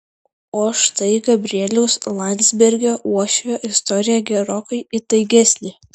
o štai gabrieliaus landsbergio uošvio istorija gerokai įtaigesnė